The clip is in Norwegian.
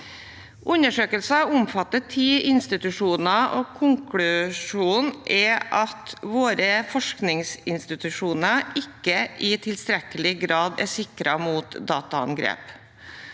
Undersøkelsen omfatter ti institusjoner, og konklusjonen er at våre forskningsinstitusjoner ikke i tilstrekkelig grad er sikret mot dataangrep.